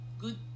good